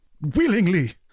Willingly